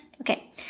okay